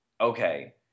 Okay